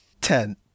Ten